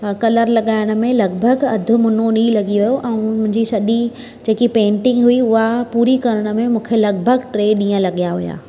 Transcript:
colour लॻाइण में लॻिभॻि अधु मुनो ॾींहुं लॻी वियो ऐं मुंहिंजी सॼी जेकी पेइंटिंग हुई उहा पूरी करण में मूंखे लॻिभॻि टे ॾींहं लॻिया हुया